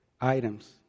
items